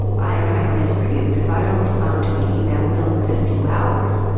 i don't know how it is for you, but if i don't respond to an email really within a few hours,